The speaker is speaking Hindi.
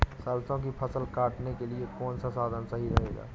सरसो की फसल काटने के लिए कौन सा साधन सही रहेगा?